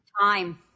time